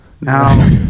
Now